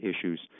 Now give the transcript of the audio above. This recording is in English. issues